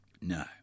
No